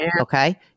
okay